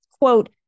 quote